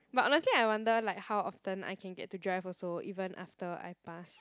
but honesty I wonder like how often I can get to drive also even after I pass